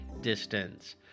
distance